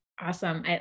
Awesome